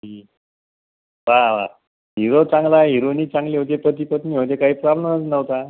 हा वा वा हिरो चांगला आहे हिरोईनही चांगली होती पती पत्नीमध्ये काही प्रॉब्लेमच नव्हता